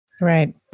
Right